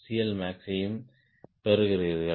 எல்மாக்ஸையும் பெறுகிறீர்கள்